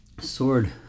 sword